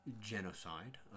genocide